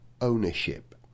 ownership